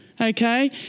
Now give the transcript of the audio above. Okay